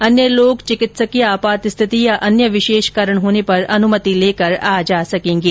अन्य लोग चिकित्सकीय आपात स्थिति या अन्य विशेष कारण होने पर अनुमति लेकर आ जा सकेंगे